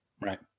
Right